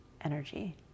energy